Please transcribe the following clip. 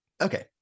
Okay